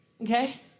okay